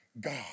God